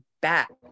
back